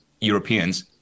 Europeans